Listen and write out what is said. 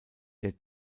der